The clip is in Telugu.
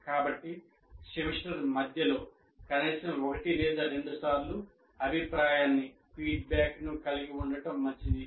కాబట్టి సెమిస్టర్ మధ్యలో కనీసం ఒకటి లేదా రెండుసార్లు అభిప్రాయాన్ని కలిగి ఉండటం మంచిది